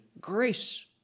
grace